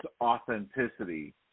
authenticity